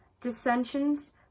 dissensions